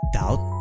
doubt